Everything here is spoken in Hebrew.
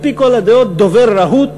על-פי כל הדעות הוא דובר רהוט